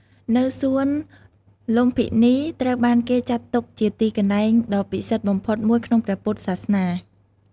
នៅសួនលុម្ពិនី ត្រូវបានគេចាត់ទុកជាទីកន្លែងដ៏ពិសិដ្ឋបំផុតមួយក្នុងព្រះពុទ្ធសាសនា។